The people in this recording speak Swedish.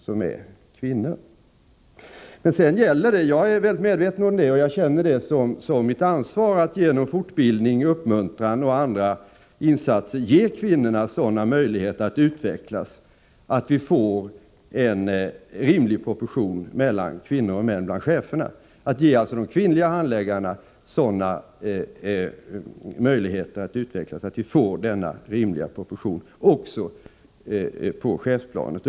Jag är mycket medveten om att det sedan gäller — och jag känner att jag här har ett ansvar — att genom fortbildning, uppmuntran och andra insatser ge kvinnorna sådana möjligheter att utvecklas att vi får en rimlig proportion mellan kvinnor och män när det gäller chefsposterna. De kvinnliga handläggarna bör alltså ges sådana möjligheter att utvecklas att vi får en rimlig proportion också på chefsplanet.